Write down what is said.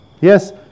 Yes